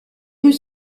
rues